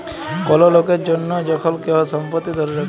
call লকের জনহ যখল কেহু সম্পত্তি ধ্যরে রাখে